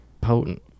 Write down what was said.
potent